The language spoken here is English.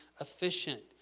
efficient